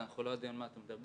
אנחנו לא יודעים על מה אתה מדבר.